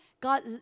God